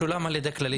שולם על ידי כללית.